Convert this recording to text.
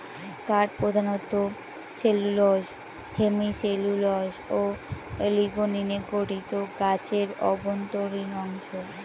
কাঠ প্রধানত cellulose hemicellulose ও লিগনিনে গঠিত গাছের অভ্যন্তরীণ অংশ